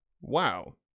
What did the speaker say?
Wow